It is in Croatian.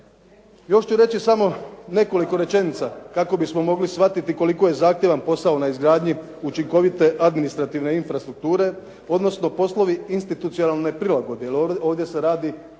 Još ću reći samo nekoliko rečenica kako bismo mogli shvatiti koliko je zahtjevan posao na izgradnji učinkovite administrativne infrastrukture odnosno poslovi institucionalne prilagodbe jer ovdje se radi